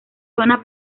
zona